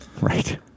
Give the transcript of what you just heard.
Right